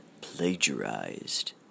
plagiarized